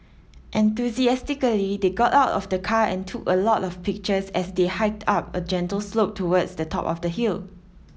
enthusiastically they got out of the car and took a lot of pictures as they hiked up a gentle slope towards the top of the hill